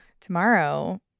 Tomorrow